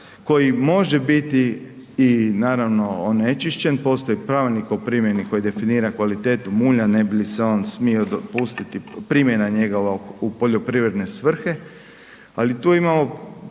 koji može biti i naravno onečišćen, postoji pravilnik o primjeni koji definira kvalitetu mulja ne bi li se on smio dopustiti, primjena njega u poljoprivredne svrhe, ali tu imamo